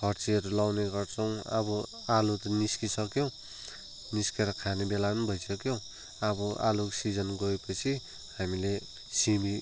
फर्सीहरू लगाउने गर्छौँ अब आलु त निस्किसक्यो निस्केर खाने बेला पनि भइसक्यो अब आलुको सिजन गएपछि हामीले सिमी